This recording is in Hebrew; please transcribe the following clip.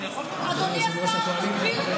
אדוני יושב-ראש הקואליציה,